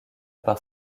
par